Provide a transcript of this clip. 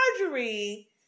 marjorie